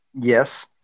yes